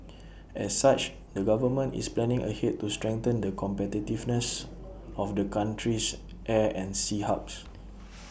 as such the government is planning ahead to strengthen the competitiveness of the country's air and sea hubs